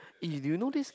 eh do you know this